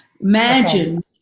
Imagine